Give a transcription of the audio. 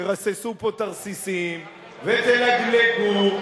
ותרססו פה תרסיסים ותלגלגו.